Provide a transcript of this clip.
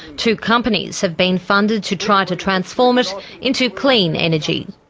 two companies have been funded to try to transform it into clean energy.